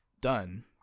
done